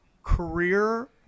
career